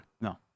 No